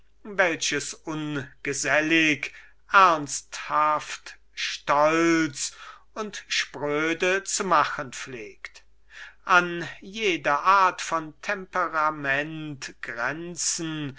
welches ungesellig ernsthaft stolz und spröde zu machen pflegt an jede art von temperament grenzen